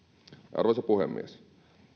arvoisa puhemies